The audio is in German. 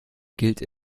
gilt